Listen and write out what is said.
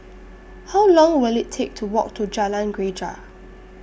How Long Will IT Take to Walk to Jalan Greja